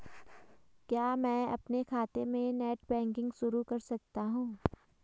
क्या मैं अपने खाते में नेट बैंकिंग शुरू कर सकता हूँ?